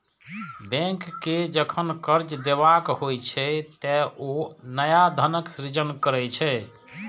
bank कें जखन कर्ज देबाक होइ छै, ते ओ नया धनक सृजन करै छै